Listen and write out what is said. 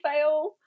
fail